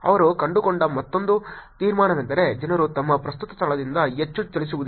ಅವರು ಕಂಡುಕೊಂಡ ಮತ್ತೊಂದು ತೀರ್ಮಾನವೆಂದರೆ ಜನರು ತಮ್ಮ ಪ್ರಸ್ತುತ ಸ್ಥಳದಿಂದ ಹೆಚ್ಚು ಚಲಿಸುವುದಿಲ್ಲ